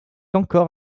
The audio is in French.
encore